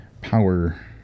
power